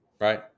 right